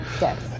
Yes